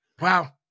Wow